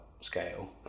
scale